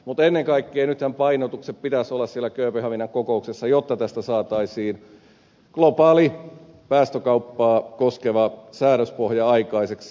mutta ennen kaikkea nythän painotusten pitäisi olla siellä kööpenhaminan kokouksessa jotta saataisiin globaali päästökauppaa koskeva säädöspohja aikaiseksi